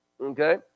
Okay